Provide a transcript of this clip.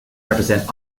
represent